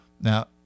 Now